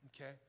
Okay